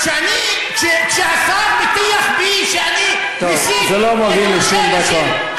כשהשר מטיח בי שאני מסית את רוצחי הנשים,